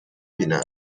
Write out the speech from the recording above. بینم